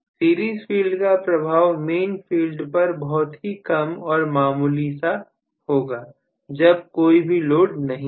series field का प्रभाव main field पर बहुत ही कम और मामूली सा होगा जब कोई भी लोड नहीं है